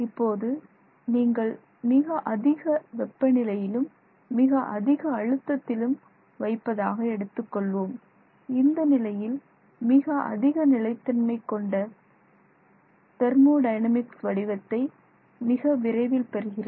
இப்போது நீங்கள் மிக அதிக வெப்ப நிலையிலும் மிக அதிக அழுத்தத்திலும் வைப்பதாக எடுத்துக்கொள்வோம் இந்த நிலையில் மிக அதிக நிலைத்தன்மை கொண்ட தெர்மோடைனமிக் வடிவத்தை இது மிக விரைவில் பெறுகிறது